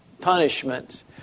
punishment